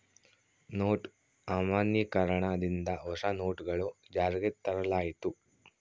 note ಅಮಾನ್ಯೀಕರಣ ದಿಂದ ಹೊಸ ನೋಟುಗಳು ಜಾರಿಗೆ ತರಲಾಯಿತು